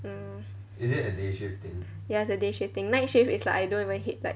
ya it's a day shift thing night shift is like I don't even hit like